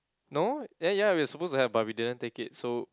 no then ya we were supposed to have but we didn't take it so